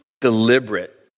deliberate